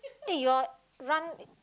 eh your run